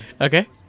Okay